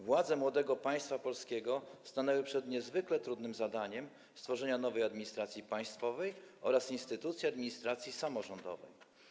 Władze młodego państwa polskiego stanęły przed niezwykle trudnym zadaniem stworzenia nowej administracji państwowej oraz instytucji administracji samorządowej.